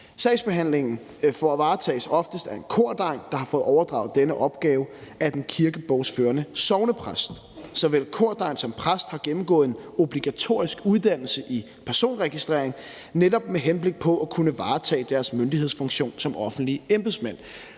Sagsbehandlingen varetages oftest af en kordegn, der har fået overdraget denne opgave af den kirkebogsførende sognepræst. Såvel kordegn som præst har gennemgået en obligatorisk uddannelse i personregistrering netop med henblik på at kunne varetage deres myndighedsfunktion som offentlige embedsmænd.